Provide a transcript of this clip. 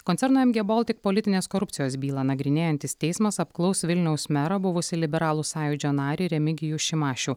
koncerno em gie boltik politinės korupcijos bylą nagrinėjantis teismas apklaus vilniaus merą buvusį liberalų sąjūdžio narį remigijų šimašių